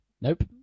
Nope